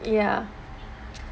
ya